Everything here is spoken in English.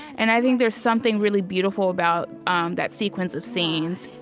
and i think there's something really beautiful about um that sequence of scenes